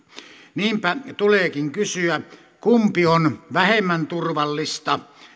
niinpä tuleekin kysyä kumpi on vähemmän turvallista